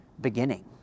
beginning